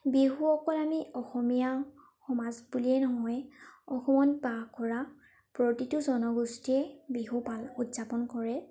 বিহু অকল আমি অসমীয়া সমাজ বুলিয়ে নহয় অসমত বাস কৰা প্ৰতিটো জনগোষ্ঠীয়ে বিহু পাল উদযাপন কৰে